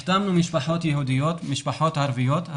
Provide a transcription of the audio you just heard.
החתמנו משפחות יהודיות, משפחות ערביות.